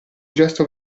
gesto